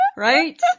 right